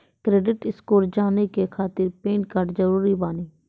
Credit score जाने के खातिर पैन कार्ड जरूरी बानी?